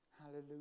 Hallelujah